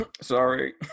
Sorry